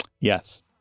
Yes